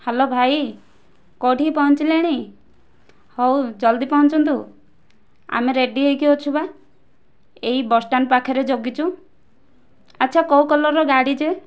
hello ଭାଇ କେଉଁଠିକୁ ପହଞ୍ଚିଲେଣି ହେଉ ଜଲଦି ପହଞ୍ଚନ୍ତୁ ଆମେ ରେଡି ହୋଇକି ଅଛୁ ବା ଏଇ ବସ୍ଷ୍ଟାଣ୍ଡ ପାଖରେ ଜଗିଛୁ ଆଚ୍ଛା କେଉଁ କଲର୍ର ଗାଡ଼ି ଯେ